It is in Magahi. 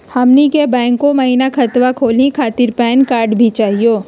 हमनी के बैंको महिना खतवा खोलही खातीर पैन कार्ड भी चाहियो?